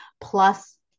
plus